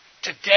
Today